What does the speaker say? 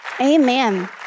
amen